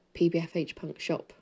pbfhpunkshop